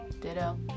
Ditto